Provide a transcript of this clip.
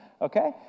okay